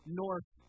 north